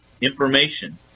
information